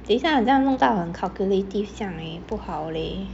等一下好像弄到很 calculative 这样 leh 不好 leh